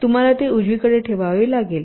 तर तुम्हाला ते उजवीकडे ठेवावे लागेल